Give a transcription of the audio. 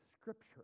Scripture